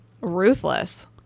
Ruthless